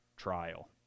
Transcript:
trial